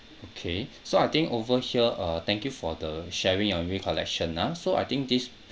okay so I think over here uh thank you for the sharing and view collection ah so I think this